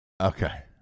Okay